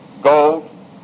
gold